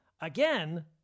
again